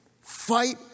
Fight